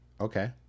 Okay